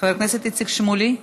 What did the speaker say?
חבר הכנסת איציק שמולי,